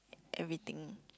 everything